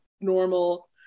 normal